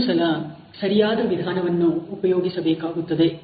ಒಂದೊಂದು ಸಲ ಸರಿಯಾದ ವಿಧಾನವನ್ನು ಉಪಯೋಗಿಸಬೇಕಾಗುತ್ತದೆ